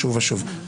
שוב ושוב.